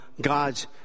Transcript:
God's